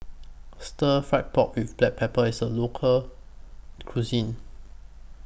Stir Fried Pork with Black Pepper IS A Local Cuisine